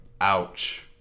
Ouch